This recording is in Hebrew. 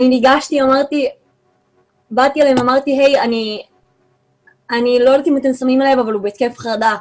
ניגשתי אליהם ואמרתי: אני לא יודעת אם אתם שמים לב אבל הוא בהתקף חרדה.